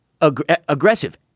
aggressive